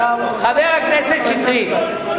חבר הכנסת שטרית,